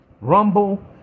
Rumble